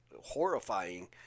horrifying